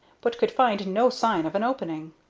but could find no sign of an opening.